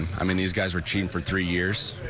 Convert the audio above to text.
i mean these guys are chief for three years.